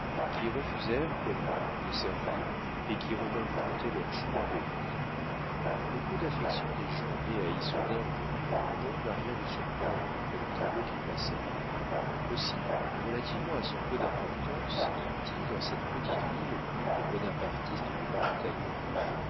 qui refusèrent comme lui de servir et qui revinrent planter leurs choux en berry le peu d'affection des gens nés à issoudun pour les bourbons n'a rien de surprenant d'après le tableau qui précède aussi relativement à son peu d'importance y eut-il dans cette petite ville plus de bonapartistes que partout ailleurs